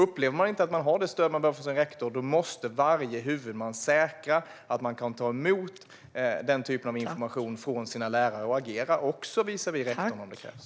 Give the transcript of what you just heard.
Upplever lärare inte att de har det stöd de behöver från sin rektor måste varje huvudman säkra att man kan ta emot den typen av information från sina lärare och agera - också mot rektorn om det krävs.